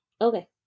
Okay